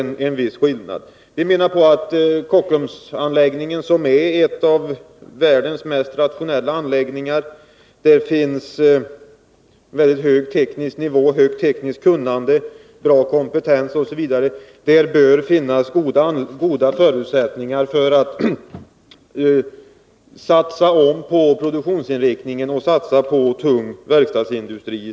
Vi menar att det i fråga om Kockumsanläggningen, som är en av världens mest rationella anläggningar på området — den har en hög teknisk nivå och där finns ett högt tekniskt kunnande, bra kompetens osv. — bör finnas goda förutsättningar för att satsa på en omläggning av produktionsinriktningen till att avse tung verkstadsindustri.